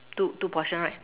two two portion right